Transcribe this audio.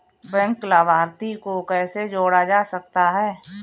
Bank लाभार्थी को कैसे जोड़ा जा सकता है?